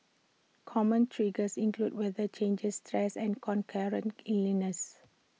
common triggers include weather changes stress and concurrent illnesses